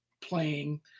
playing